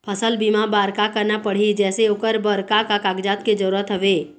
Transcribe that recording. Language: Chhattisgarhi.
फसल बीमा बार का करना पड़ही जैसे ओकर बर का का कागजात के जरूरत हवे?